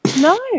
No